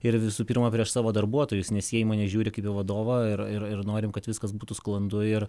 ir visų pirma prieš savo darbuotojus nes jie į mane žiūri kaip vadovą ir ir norim kad viskas būtų sklandu ir